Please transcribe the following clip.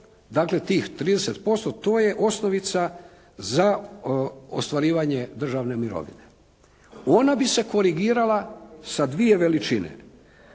dakle, tih 30% to je osnovica za ostvarivanje državne mirovine. Ona bi se korigirala sa dvije veličine.